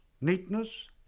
neatness